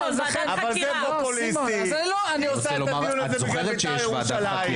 עושים את הדיון הזה בגלל בית"ר ירושלים.